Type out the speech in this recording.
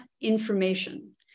information